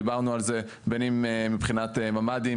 דיברנו על זה בין אם מבחינת ממדים,